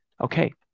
okay